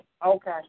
okay